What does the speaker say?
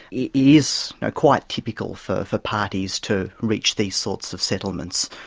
it is quite typical for for parties to reach these sorts of settlements,